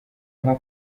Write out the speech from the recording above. nko